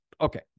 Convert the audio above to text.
Okay